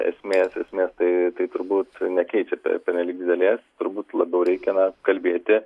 esmės esmės tai tai turbūt nekeičia per pernelyg didelės turbūt labiau reikia na kalbėti